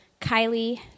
Kylie